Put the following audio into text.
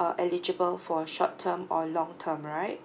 err eligible for a short term or long term right